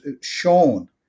shown